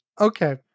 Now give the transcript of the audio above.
Okay